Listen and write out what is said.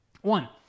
One